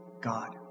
God